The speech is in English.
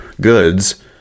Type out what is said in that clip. goods